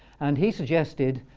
and he suggested,